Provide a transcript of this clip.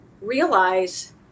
realize